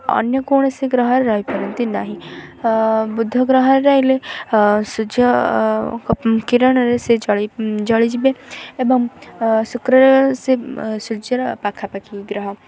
ଅନ୍ୟ କୌଣସି ଗ୍ରହରେ ରହିପାରନ୍ତି ନାହିଁ ବୁଧ ଗ୍ରହରେ ରହିଲେ ସୂର୍ଯ୍ୟ କିରଣରେ ସେ ଜଳି ଜଳିଯିବେ ଏବଂ ଶୁକ୍ରରେ ସେ ସୂର୍ଯ୍ୟର ପାଖାପାଖି ଗ୍ରହ